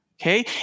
okay